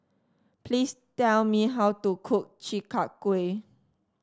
please tell me how to cook Chi Kak Kuih